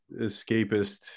escapist